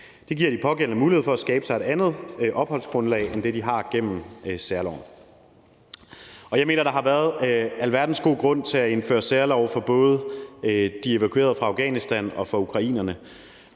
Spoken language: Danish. Det giver de pågældende mulighed for at skabe sig et andet opholdsgrundlag end det, de har gennem særloven. Jeg mener, der har været alverdens gode grunde til at indføre særlove for både de evakuerede fra Afghanistan og for ukrainerne,